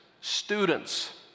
students